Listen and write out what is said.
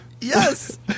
yes